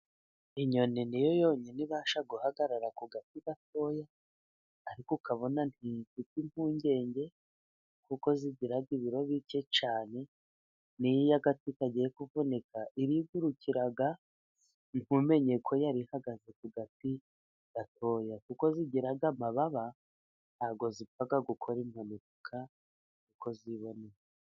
Inyoni ni yo yonyine ibasha guhagarara ku gati gatoya, ariko ukabona ntifite impungenge, kuko zigiraga ibiro bike cyane. N'iyo agati kagiye kuvunika, irigurukira ntumenye ko yari ihagaze ku gati gatoya, kuko zigira amababa. Nta bwo zipfa gukora impanuka uko ziboneye.